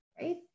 right